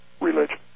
religion